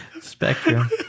Spectrum